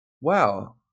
wow